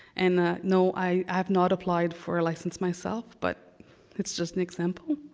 and no i have not applied for a license myself, but it's just an example.